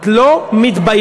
את לא מתביישת?